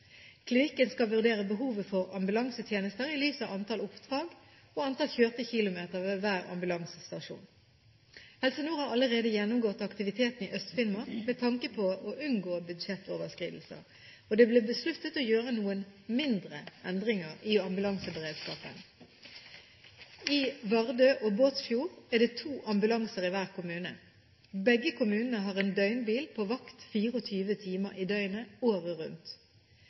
Klinikken skal vurdere behovet for ambulansetjenester i lys av antall oppdrag og antall kjørte kilometer ved hver ambulansestasjon. Helse Nord har allerede gjennomgått aktiviteten i Øst-Finnmark med tanke på å unngå budsjettoverskridelser. Det ble besluttet å gjøre noen mindre endringer i ambulanseberedskapen. I Vardø og Båtsfjord er det to ambulanser i hver kommune. Begge kommunene har en døgnbil på vakt 24 timer i døgnet – året rundt.